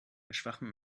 schwachem